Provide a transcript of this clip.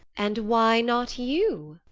and why not you?